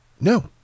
No